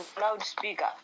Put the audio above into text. loudspeaker